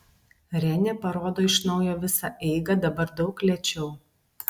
renė parodo iš naujo visą eigą dabar daug lėčiau